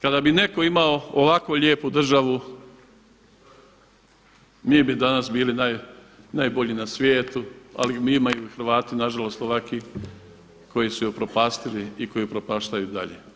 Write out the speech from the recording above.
Kada bi neko imao ovako lijepu državu mi bi danas bili najbolji na svijetu, ali imaju Hrvati nažalost ovaki koji su je upropastili i koji je upropaštavaju i dalje.